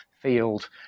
field